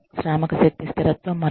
శ్రామిక శక్తి స్థిరత్వం మరొకటి